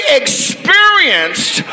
experienced